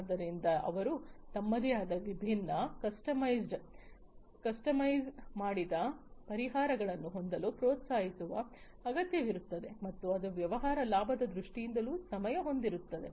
ಆದ್ದರಿಂದ ಅವರು ತಮ್ಮದೇ ಆದ ವಿಭಿನ್ನ ಕಸ್ಟಮೈಸ್ ಮಾಡಿದ ಪರಿಹಾರಗಳನ್ನು ಹೊಂದಲು ಪ್ರೋತ್ಸಾಹಿಸುವ ಅಗತ್ಯವಿರುತ್ತದೆ ಮತ್ತು ಅದು ವ್ಯಾಪಾರ ಲಾಭದ ದೃಷ್ಟಿಯಿಂದಲೂ ಸಮಯ ಹೊಂದಿರುತ್ತದೆ